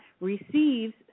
receives